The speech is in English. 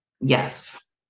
Yes